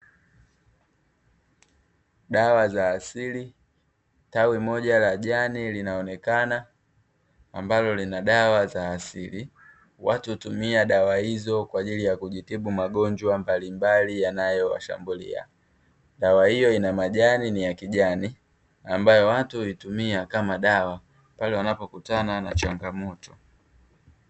Dawa za asili, tawi moja la jani linaonekana ambalo lina dawa za asili, watu hutumia dawa hizo kwa ajili ya kujitibu magonjwa mbalimbali yanayowashambulia, dawa hiyo ina majani ni ya kijani ambayo watu huitumia kama dawa pale wanapokutana na changamoto.